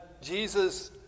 Jesus